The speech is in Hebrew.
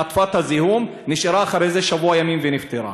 חטפה את הזיהום ונשארה אחרי זה שבוע ימים ונפטרה.